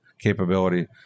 capability